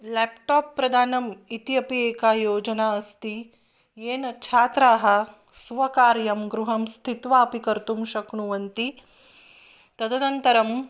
laptop प्रदानम् इति अपि एका योजना अस्ति येन छात्राः स्वकार्यं गृहं स्थित्वापि कर्तुं शक्नुवन्ति तदनन्तरं